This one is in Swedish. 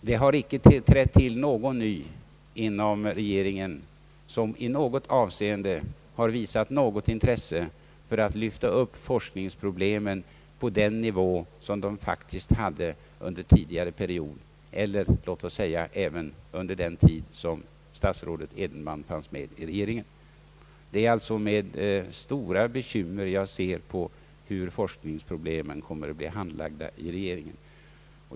Det har icke trätt till någon ny i regeringen som i något avseende har visat intresse för att lyfta upp forskningsproblemen på den nivå som de faktiskt hade under en tidigare period eller låt oss säga även under den tid då statsrådet Edenman fanns med i regeringen. Det är alltså med stora bekymmer jag ser på hur forskningsproblemen kommer att bli handlagda i regeringen.